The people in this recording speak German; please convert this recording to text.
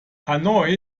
hanoi